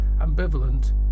ambivalent